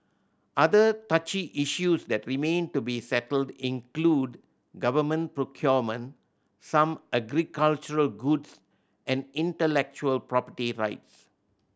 other touchy issues that remain to be settled include government procurement some agricultural goods and intellectual property rights